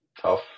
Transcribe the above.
tough